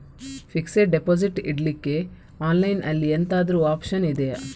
Fixed deposit ಇಡ್ಲಿಕ್ಕೆ online ಅಲ್ಲಿ ಎಂತಾದ್ರೂ ಒಪ್ಶನ್ ಇದ್ಯಾ?